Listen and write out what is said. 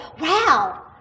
wow